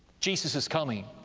jesus is coming,